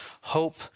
hope